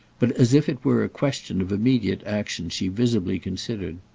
but, as if it were a question of immediate action, she visibly considered.